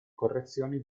correzioni